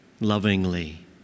lovingly